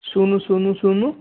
ଶୂନ ଶୂନ ଶୂନ